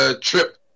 trip